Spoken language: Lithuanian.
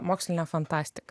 moksline fantastika